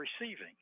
receiving